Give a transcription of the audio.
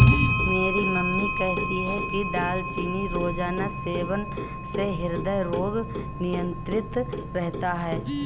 मेरी मम्मी कहती है कि दालचीनी रोजाना सेवन से हृदय रोग नियंत्रित रहता है